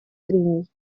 трений